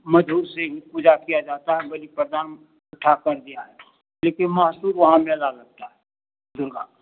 मधुर से ही पूजा किया जाता है बलि प्रदान उठा कर दिया है जोकि मसहूर वहाँ मेला लगता है दुर्गा के